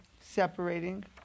separating